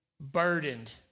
burdened